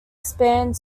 spanned